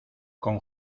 con